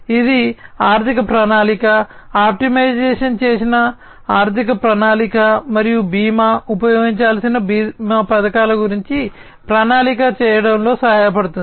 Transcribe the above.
ఇది ఆర్థిక ప్రణాళిక ఆప్టిమైజ్ చేసిన ఆర్థిక ప్రణాళిక మరియు భీమా ఉపయోగించాల్సిన భీమా పథకాల గురించి ప్రణాళిక చేయడంలో సహాయపడుతుంది